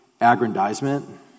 aggrandizement